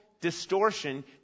distortion